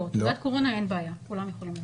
תעודת קורונה אין בעיה, כולם יכולים.